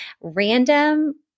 random